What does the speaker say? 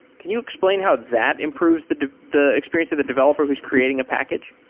can you explain how that improves the the experience of the developer who is creating a package?